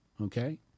Okay